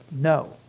no